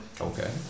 Okay